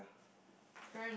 MS<